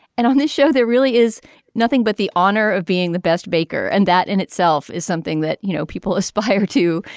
and on this show there really is nothing but the honor of being the best baker and that in itself is something that you know people aspire to.